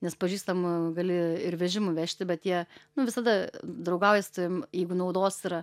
nes pažįstamų gali ir vežimu vežti bet jie nu visada draugauja su tavim jeigu naudos yra